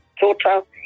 total